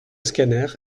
scanner